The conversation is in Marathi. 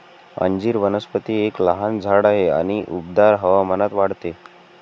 अंजीर वनस्पती एक लहान झाड आहे आणि उबदार हवामानात वाढते